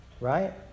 Right